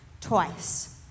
twice